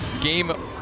game